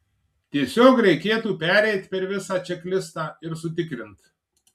tiesiog reikėtų pereit per visą čeklistą ir sutikrint